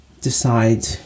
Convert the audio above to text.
decide